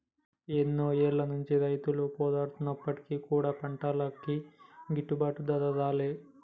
ఎన్నో ఏళ్ల నుంచి రైతులు పోరాడుతున్నప్పటికీ కూడా పంటలకి గిట్టుబాటు ధర రాలే